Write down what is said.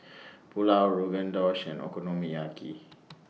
Pulao Rogan Josh and Okonomiyaki